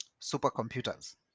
supercomputers